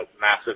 massive